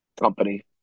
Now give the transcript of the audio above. company